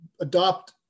adopt